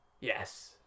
Yes